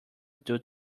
due